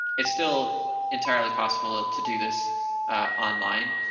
it's still entirely possible to do this online.